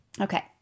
Okay